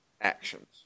actions